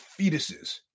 fetuses